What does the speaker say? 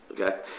Okay